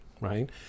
right